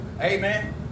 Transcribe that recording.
amen